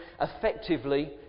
effectively